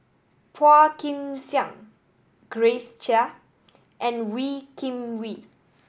Phua Kin Siang Grace Chia and Wee Kim Wee